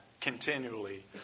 continually